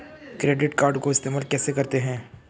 Credit card को इस्तेमाल कैसे करते हैं?